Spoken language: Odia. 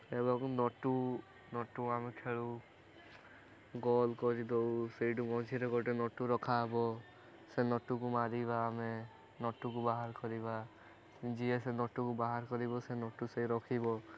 ଏବଂ ନଟୁ ନଟୁ ଆମେ ଖେଳୁ ଗୋଲ୍ କରିଦେଉ ସେଇଠୁ ମଝିରେ ଗୋଟେ ନଟୁ ରଖା ହେବ ସେ ନଟୁକୁ ମାରିବା ଆମେ ନଟୁକୁ ବାହାର କରିବା ଯିଏ ସେ ନଟୁକୁ ବାହାର କରିବ ସେ ନଟୁ ସେ ରଖିବ